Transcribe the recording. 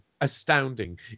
astounding